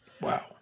Wow